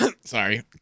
Sorry